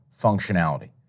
functionality